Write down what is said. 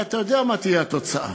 הרי אתה יודע מה תהיה התוצאה,